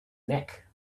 neck